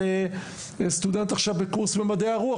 להשלמה שצריך סטודנט בקורס במדעי הרוח,